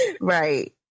right